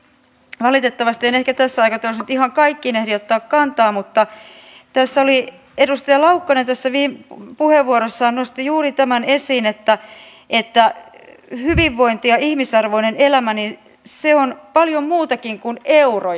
valitettavasti en ehkä tässä aikataulussa ihan kaikkiin ehdi ottaa kantaa mutta edustaja laukkanen puheenvuorossaan nosti juuri tämän esiin että hyvinvointi ja ihmisarvoinen elämä on paljon muutakin kuin euroja